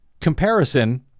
comparison